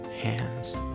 hands